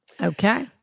Okay